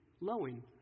lowing